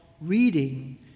reading